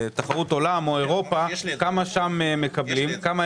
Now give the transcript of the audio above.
בתחרות עולם או אירופה, כמה הם מקבלים.